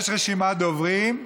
יש רשימת דוברים.